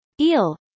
Eel